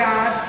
God